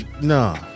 no